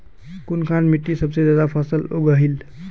कुनखान मिट्टी सबसे ज्यादा फसल उगहिल?